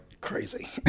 crazy